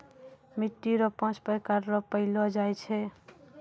मिट्टी रो पाँच प्रकार रो पैलो जाय छै